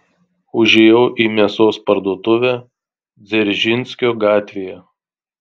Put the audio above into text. užėjau į mėsos parduotuvę dzeržinskio gatvėje